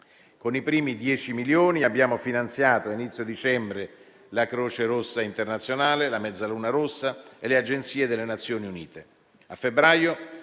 Con i primi 10 milioni abbiamo finanziato, a inizio dicembre, la Croce Rossa internazionale, la Mezzaluna Rossa e le agenzie delle Nazioni Unite.